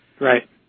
Right